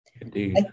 Indeed